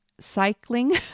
cycling